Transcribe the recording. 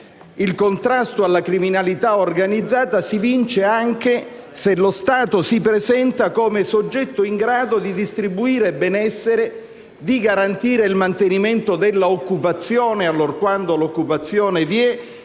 il contrasto alla criminalità organizzata si vince anche se lo Stato si presenta come soggetto in grado di distribuire benessere, di garantire il mantenimento dell'occupazione, allorquando l'occupazione c'è